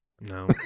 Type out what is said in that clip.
No